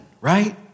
right